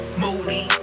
moody